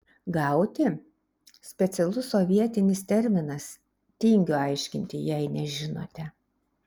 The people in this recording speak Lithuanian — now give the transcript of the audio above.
gauti specialus sovietinis terminas tingiu aiškinti jei nežinote